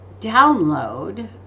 download